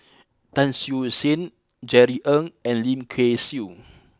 Tan Siew Sin Jerry Ng and Lim Kay Siu